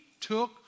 took